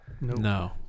No